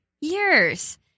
years